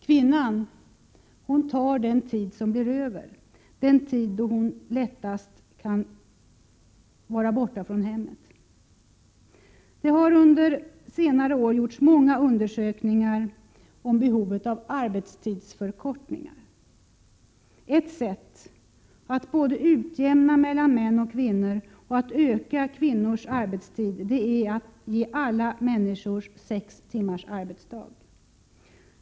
Kvinnan tar den tid som blir över, den tid då hon lättast kan vara borta från hemmet. Det har under senare år gjorts många undersökningar om behovet av arbetstidsförkortningar. Ett sätt att både utjämna mellan män och kvinnor och öka kvinnors arbetstid är att ge alla människor sex timmars arbetsdag.